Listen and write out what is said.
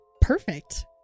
Perfect